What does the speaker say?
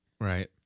Right